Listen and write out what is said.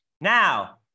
Now